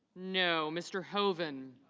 no. mr. hoven